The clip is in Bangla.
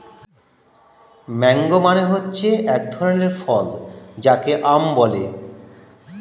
ম্যাংগো মানে হচ্ছে এক ধরনের ফল যাকে আম বলে